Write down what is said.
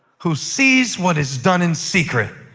who sees what is done in secret,